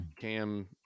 Cam